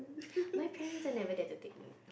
my parents are never there to take me